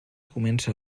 comença